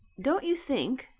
don't you think,